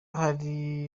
hari